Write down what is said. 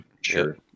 Sure